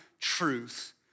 truth